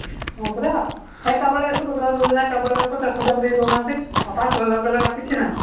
ହଁ ପରା ଏକାବେଳେ ସୁଭଦ୍ର ଯୋଜନା ଏକାବେଳେ ପଚାଶ ହଜାର ଦେଇଦେଉନାହାନ୍ତି ଆଉ ପାଞ୍ଚ ହଜାର ଦେଲାଟା କିଛି ନାହିଁ